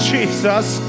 Jesus